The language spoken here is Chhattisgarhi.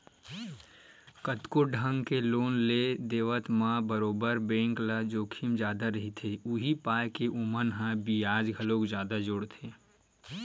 कतको ढंग के लोन के देवत म बरोबर बेंक ल जोखिम जादा रहिथे, उहीं पाय के ओमन ह बियाज घलोक जादा जोड़थे